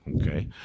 Okay